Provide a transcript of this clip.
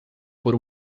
por